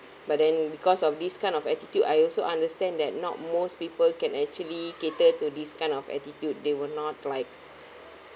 but then because of this kind of attitude I also understand that not most people can actually cater to this kind of attitude they will not like